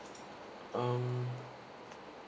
um